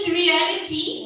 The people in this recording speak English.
reality